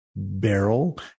Barrel